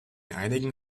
einigen